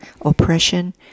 oppression